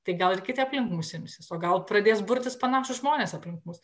tai gal ir kiti aplink mus imsis o gal pradės burtis panašūs žmonės aplink mus